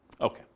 Okay